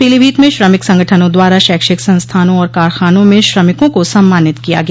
पीलीभीत में श्रमिक संगठनों द्वारा शैक्षिक संस्थानों और कारखानों में श्रमिकों को सम्मानित किया गया